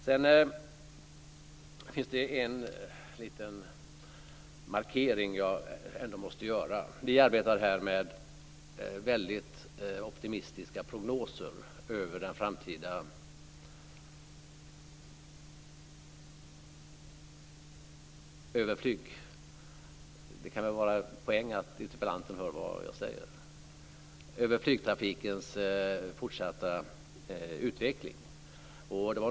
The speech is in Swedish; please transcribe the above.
Sedan finns det en liten markering som jag måste göra. Vi arbetar här med väldigt optimistiska prognoser över flygtrafikens fortsatta utveckling.